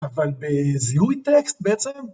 אבל בזיהוי טקסט, בעצם.